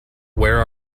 where